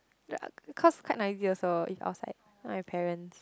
ya cause quite noisy also if outside I have parents